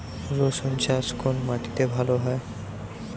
রুসুন চাষ কোন মাটিতে ভালো হয়?